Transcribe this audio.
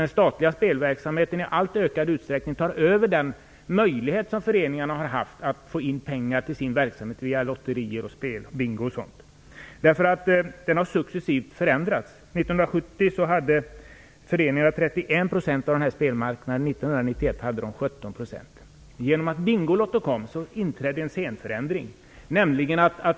Den statliga spelverksamheten tar i allt mer ökad utsträckning över den möjlighet som föreningarna har haft att få in pengar till sin verksamhet genom lotterier och spel, t.ex. Bingo. Läget har successivt förändrats. År 1970 hade föreningarna 31 % av spelmarknaden. År 1991 hade de 17 %. Genom att Bingolotto kom inträdde en scenförändring.